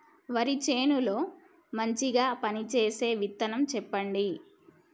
వరి చేను లో మంచిగా పనిచేసే విత్తనం చెప్పండి?